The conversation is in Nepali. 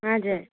हजुर